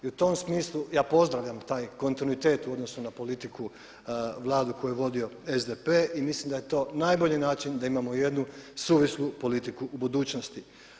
I u tom smislu ja pozdravljam taj kontinuitet u odnosu na politiku Vlade koju je vodio SDP i mislim da je to najbolji način da imamo jednu suvislu politiku u budućnosti.